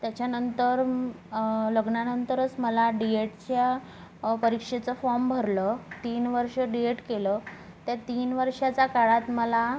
त्याच्यानंतर लग्नानंतरस मला डी येडच्या परीक्षेचं फॉर्म भरलं तीन वर्ष डि येट केलं त्या तीन वर्षाच्या काळात मला